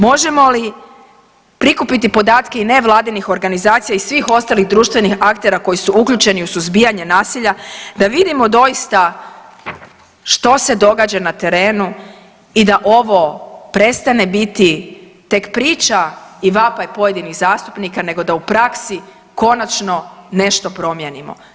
Možemo li prikupiti podatke i nevladinih organizacija i svih ostalih društvenih aktera koji su uključeni u suzbijanje nasilja da vidimo doista što se događa na terenu i da ovo prestane biti tek priča i vapaj pojedinih zastupnika nego da u praksi konačno nešto promijenimo?